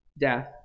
death